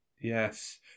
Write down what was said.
Yes